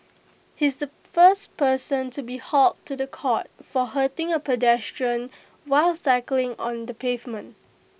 he is the first person to be hauled to The Court for hurting A pedestrian while cycling on the pavement